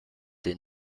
des